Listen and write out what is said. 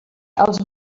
els